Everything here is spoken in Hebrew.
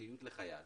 פרטיות לחייל